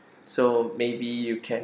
so maybe you can